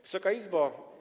Wysoka Izbo!